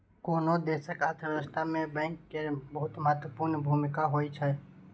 कोनो देशक अर्थव्यवस्था मे बैंक केर बहुत महत्वपूर्ण भूमिका होइ छै